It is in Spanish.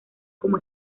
como